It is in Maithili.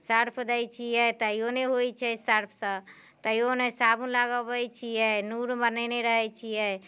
सर्फ दय छियै तैयो नहि होइत छै सर्फसँ तैयो नहि साबुन लगबैत छियै नूर बनेने रहैत छियै